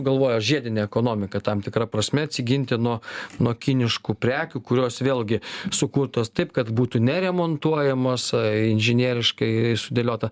galvoję žiedinę ekonomiką tam tikra prasme atsiginti nuo nuo kiniškų prekių kurios vėlgi sukurtos taip kad būtų neremontuojamos inžinieriškai dėliota